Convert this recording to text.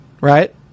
right